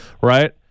Right